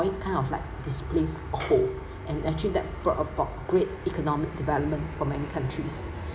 oil kind of like displace coal and actually that brought a brought great economic development for many countries